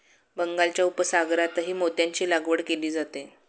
बंगालच्या उपसागरातही मोत्यांची लागवड केली जाते